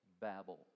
Babel